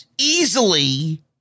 Easily